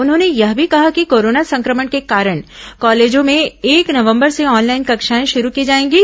उन्होंने यह भी कहा कि कोरोना संक्रमण के कारण कॉलेजों में एक नवंबर से ऑनलाइन कक्षाएं शुरू की जाएंगी